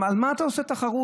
על מה אתה עושה תחרות?